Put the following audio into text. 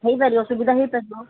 ହୋଇପାରିବ ସୁବିଧା ହୋଇପାରିବ